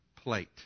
plate